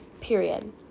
Period